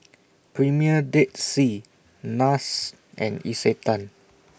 Premier Dead Sea Nars and Isetan